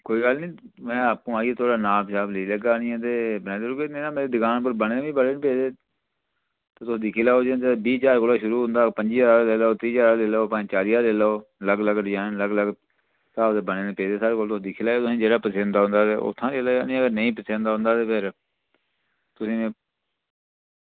कोई गल्ल निं में आपूं आह्नियै नाप लेई लैगा ते मेरी दकान उप्पर बने दे बी पेदे दिक्खी लैओ बीह् ज्हार उप्परा शुरू होंदा पं'जी ज्हार दा लेई लैओ त्रीह् ज्हार दा लेई लैओ चाली ज्हार लेई लैओ अलग अलग डिजाईन साढ़े कोल पेदे जेह्ड़ा तुसेंगी पसंद औंदा ते उत्थूं लेई लैओ ते अगर नेईं पसंद औंदा ते